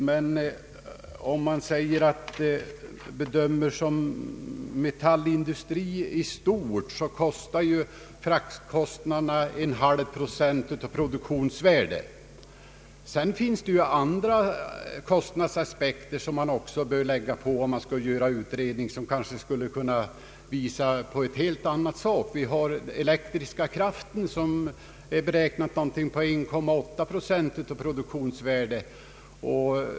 Men om man bedömer myntverket ungefär som en metallindustri, får man räkna med att fraktkostnaderna uppgår till 0,5 procent av produktionsvärdet. Det finns naturligtvis andra kostnadsaspekter, som också bör tas med i bilden och som kanske skulle kunna visa något helt annat. Den elektriska kraften t.ex. beräknas kosta 1,8 procent av produktionsvärdet.